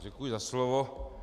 Děkuji za slovo.